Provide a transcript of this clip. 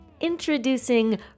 introducing